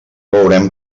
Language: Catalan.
veurem